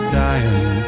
dying